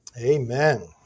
Amen